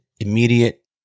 Immediate